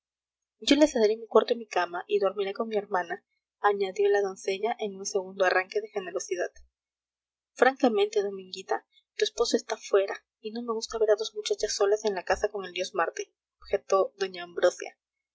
yo le cederé mi cuarto y mi cama y dormiré con mi hermana añadió la doncella en un segundo arranque de generosidad francamente dominguita tu esposo está fuera y no me gusta ver a dos muchachas solas en la casa con el dios marte objetó doña ambrosia